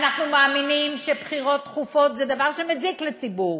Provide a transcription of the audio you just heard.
ואנחנו מאמינים שבחירות תכופות זה דבר שמזיק לציבור.